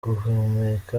guhumeka